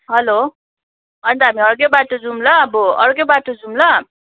hello अन्त हामी अर्कै बाटो जाउँ ल अब अर्कै बाटो जाउँ ल